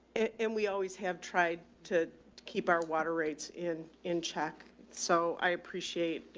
it, and we always have tried to keep our water rates in, in check. so i appreciate, you